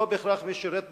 לא בהכרח מי ששירת בצבא,